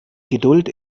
geduld